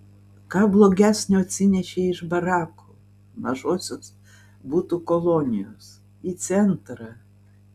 ką blogesnio atsinešei iš barakų mažosios butų kolonijos į centrą